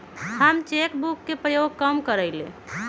हम cheque book के उपयोग कम करइले